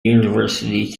university